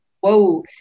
whoa